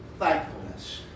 Thankfulness